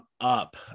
up